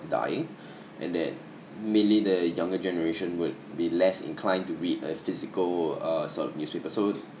dying and that mainly the younger generation would be less inclined to read a physical uh sort of newspaper so